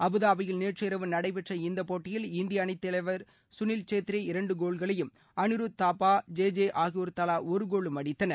அபுதாபியில் நேற்று இரவு நடைபெற்ற இந்த போட்டியில் இந்திய அணித் தலைவர் கனில் சேத்திரி இரண்டு கோல்களையும் அனிருதா தாப்பா ஜெஜெ ஆகியோர் தவா ஒரு கோலும் அடித்தனர்